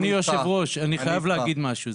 אדוני יושב הראש, אני חייב להגיד משהו.